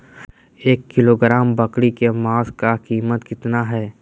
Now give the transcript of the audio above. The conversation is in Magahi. एक किलोग्राम बकरी के मांस का कीमत कितना है?